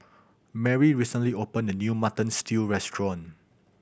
Marry recently opened a new Mutton Stew restaurant